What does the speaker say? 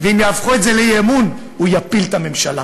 ואם יהפכו את זה לאי-אמון, הוא יפיל את הממשלה.